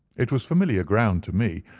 it was familiar ground to me,